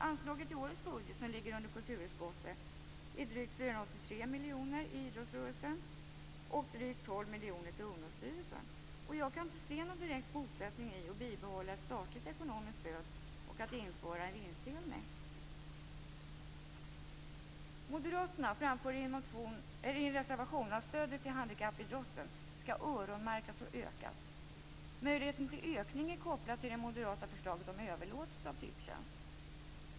Anslaget i årets budget, som ligger under kulturutskottet, är drygt 483 miljoner kronor till idrottsrörelsen och drygt 12 miljoner kronor till Ungdomsstyrelsen. Jag kan inte se någon direkt motsättning i att behålla ett statligt ekonomiskt stöd och att införa en vinstdelning. Moderaterna framför i en reservation att stödet till handikappidrotten skall öronmärkas och ökas. Möjligheten till ökning är kopplad till det moderata förslaget om överlåtelse av Tipstjänst.